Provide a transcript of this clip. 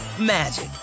magic